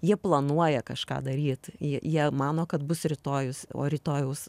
jie planuoja kažką daryt jie jie mano kad bus rytojus o rytojaus